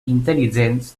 intel·ligents